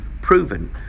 proven